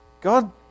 God